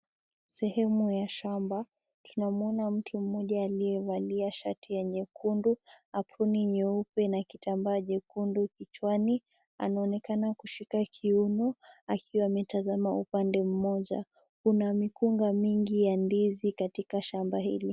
Sehemu ya shamba tunamwona mtu moja aliye falia shati ya nyekundu abuni nyeupe na kitambaa chekundu kichwani anaonekana kushika kiuona akiwa anatasama upande moja Kuna mkungaa mingi ya ndizi katika shamba hili.